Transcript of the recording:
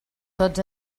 tots